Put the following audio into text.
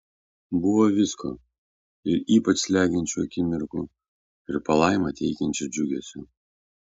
buvo visko ir ypač slegiančių akimirkų ir palaimą teikiančio džiugesio